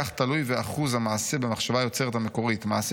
כך תלוי ואחוז המעשה במחשבה היוצרת המקורית: 'מעשה